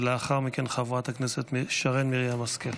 ולאחר מכן, חברת הכנסת שרן מרים השכל.